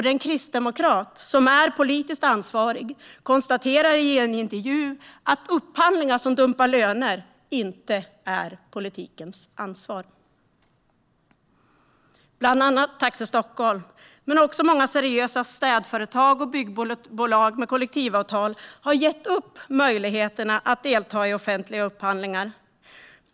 Den kristdemokrat som är politiskt ansvarig konstaterar i en intervju att upphandlingar som dumpar löner inte är politikens ansvar. Taxi Stockholm men också många seriösa städföretag och byggbolag med kollektivavtal har gett upp när det gäller möjligheterna att delta i offentliga upphandlingar.